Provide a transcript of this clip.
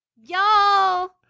Y'all